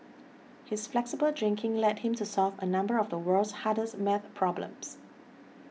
his flexible drinking led him to solve a number of the world's hardest math problems